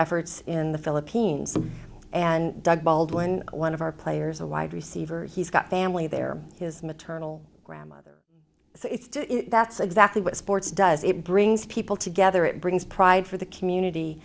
efforts in the philippines and dug baldwin one of our players a wide receiver he's got family there his maternal grandmother so it's that's exactly what sports does it brings people together it brings pride for the community